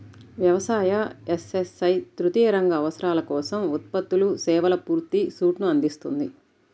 వ్యవసాయ, ఎస్.ఎస్.ఐ తృతీయ రంగ అవసరాల కోసం ఉత్పత్తులు, సేవల పూర్తి సూట్ను అందిస్తుంది